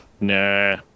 Nah